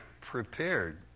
prepared